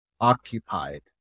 occupied